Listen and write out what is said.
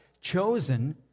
chosen